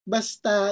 Basta